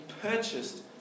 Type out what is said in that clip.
purchased